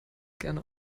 gerne